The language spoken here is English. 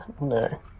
No